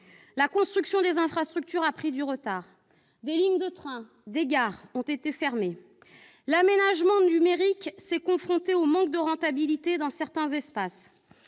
La construction des infrastructures a pris du retard. Des lignes de trains et des gares ont été fermées ; l'aménagement numérique s'est heurté au manque de rentabilité dans certains espaces.